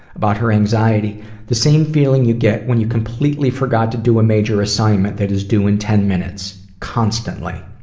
about her anxiety the same feeling you get when you completely forgot to do a major assignment that is due in ten minutes, constantly.